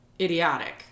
idiotic